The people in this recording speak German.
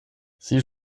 sie